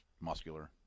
muscular